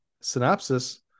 Synopsis